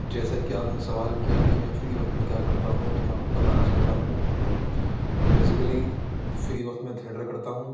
جیسا کہ آپ نے سوال کیا کہ میں فری وقت میں کیا کرتا ہوں تو میں آپ کو بتانا چاہتا ہوں بسیکلی فری وقت میں تھیئٹر کرتا ہوں